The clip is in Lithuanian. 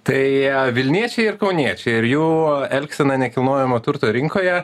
tai vilniečiai ir kauniečiai ir jų elgsena nekilnojamo turto rinkoje